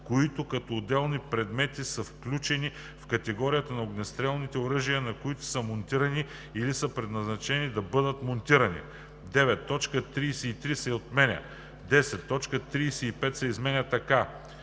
които като отделни предмети са включени в категорията на огнестрелните оръжия, на които са монтирани или са предназначени да бъдат монтирани.“ 9. Точка 33 се отменя. 10. Точка 35 се изменя така: